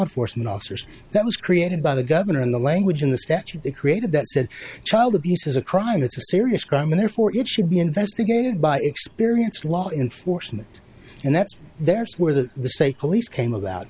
enforcement officers that was created by the governor and the language in the statute they created that said child abuse is a crime it's a serious crime and therefore it should be investigated by experience law enforcement and that's their swore that the state police came about